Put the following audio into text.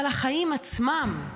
אבל החיים עצמם,